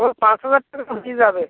ও পাঁচ হাজার টাকা দিয়ে যাবে